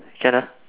can ah